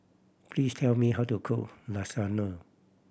please tell me how to cook Lasagna